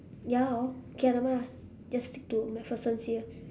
ya orh okay never mind ah just stick to macpherson here